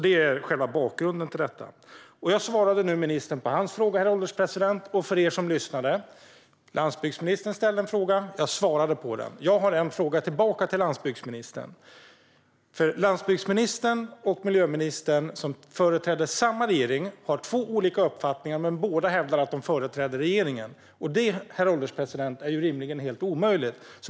Det är själva bakgrunden till detta. Jag svarade nu ministern på hans fråga, herr ålderspresident och ni som lyssnade. Landsbygdsministern ställde en fråga och jag svarade på den. Jag har en fråga tillbaka till landsbygdsministern. Landsbygdsministern och miljöministern som företräder samma regering har två olika uppfattningar, men båda hävdar att de företräder regeringen. Det, herr ålderspresident, är helt orimligt.